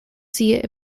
sea